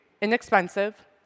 inexpensive